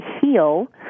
heal